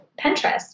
Pinterest